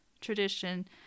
tradition